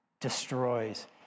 destroys